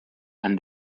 and